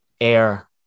air